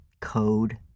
code